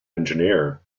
engineer